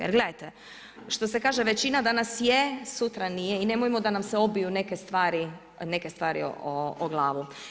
Jer gledajte, što se kaže većina danas je, sutra nije i nemojmo da nam se obiju neke stvari o glavu.